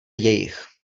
jejich